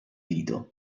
dito